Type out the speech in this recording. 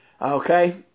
Okay